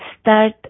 start